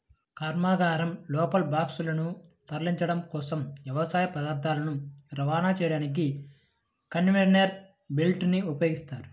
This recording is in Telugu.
కర్మాగారం లోపల బాక్సులను తరలించడం కోసం, వ్యవసాయ పదార్థాలను రవాణా చేయడానికి కన్వేయర్ బెల్ట్ ని ఉపయోగిస్తారు